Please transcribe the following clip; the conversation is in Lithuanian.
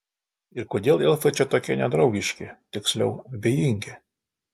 ir kodėl elfai čia tokie nedraugiški tiksliau abejingi